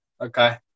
Okay